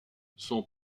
son